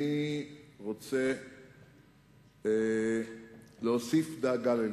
אני רוצה להוסיף דאגה ללבך.